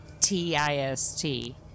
T-I-S-T